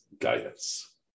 guidance